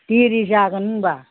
दिरि जागोन होनब्ला